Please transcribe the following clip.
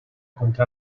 contra